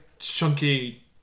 Chunky